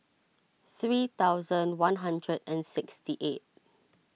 three thousand one hundred and sixty eight